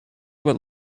what